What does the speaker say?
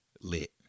lit